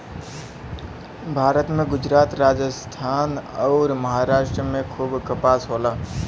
भारत में गुजरात, राजस्थान अउर, महाराष्ट्र में खूब कपास होला